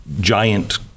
giant